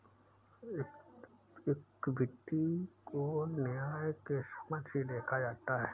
equity को न्याय के समक्ष ही देखा जा सकता है